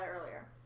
earlier